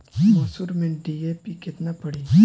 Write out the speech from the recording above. मसूर में डी.ए.पी केतना पड़ी?